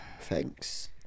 thanks